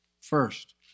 First